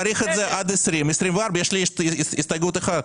נאריך את זה עד 2024. יש לי הסתייגות אחת.